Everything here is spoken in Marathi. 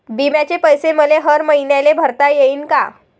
बिम्याचे पैसे मले हर मईन्याले भरता येईन का?